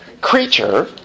Creature